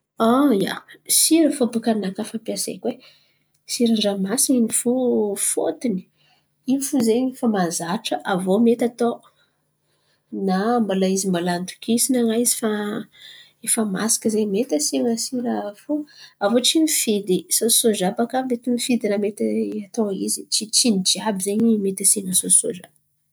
An, ia, sira fo baka ninakà fampiasaiko siran’ny ranomasiny in̈y fo fôtiny in̈y fo zen̈y fa mahazatra. Aviô mety atô na mbala izy mbala andokisan̈a na izy efa masaka ze mety asian̈a sira fo, aviô tsy mifidy. Sôsy sôza baka Mety mifidy raha mety atô izy tsy jiàby zen̈y mety asian̈a sôsy sôza.